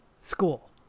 school